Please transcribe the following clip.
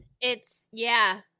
It's—yeah—